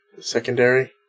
Secondary